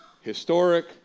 historic